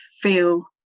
feel